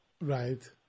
Right